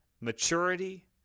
maturity